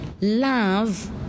love